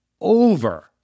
over